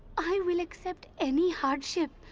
i will accept any hardship.